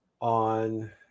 on